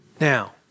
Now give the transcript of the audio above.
Now